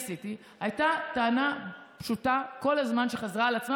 הייתה טענה פשוטה שכל הזמן חזרה על עצמה,